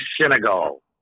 Senegal